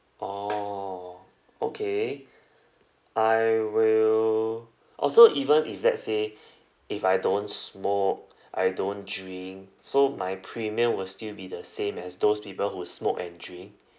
orh okay I will orh so even if let's say if I don't smoke I don't drink so my premium will still be the same as those people who smoke and drink